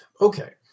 Okay